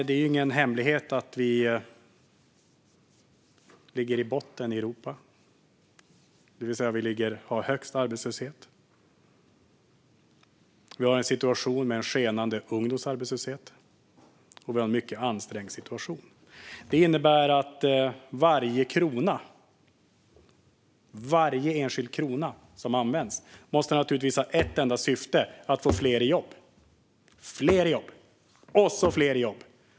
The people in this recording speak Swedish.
Det är ingen hemlighet att vi ligger i botten i Europa, det vill säga att vi har högst arbetslöshet, en skenande ungdomsarbetslöshet och en mycket ansträngd situation. Det innebär att varje enskild krona som används naturligtvis måste ha ett enda syfte: att få fler i jobb, fler i jobb och ännu fler i jobb.